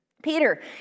Peter